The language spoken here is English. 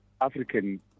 African